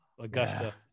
Augusta